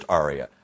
aria